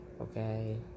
Okay